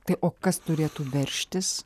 tai o kas turėtų veržtis